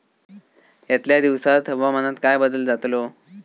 यतल्या दिवसात हवामानात काय बदल जातलो?